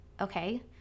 okay